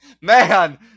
Man